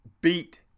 beat